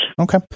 Okay